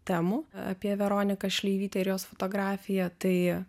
temų apie veroniką šleivytę ir jos fotografiją tai